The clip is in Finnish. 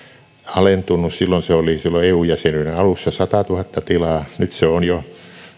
alentunut silloin eu jäsenyyden alussa se oli satatuhatta tilaa nyt se on jo